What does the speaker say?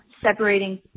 separating